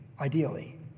ideally